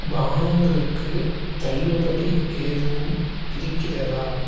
பானங்களுக்கு தள்ளுபடி எதுவும் இருக்கிறதா